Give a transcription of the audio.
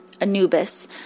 Anubis